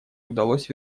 удалось